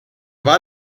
war